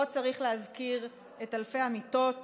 לא צריך להזכיר את אלפי המיטות